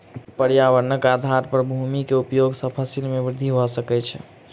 पर्यावरणक आधार पर भूमि के उपयोग सॅ फसिल में वृद्धि भ सकै छै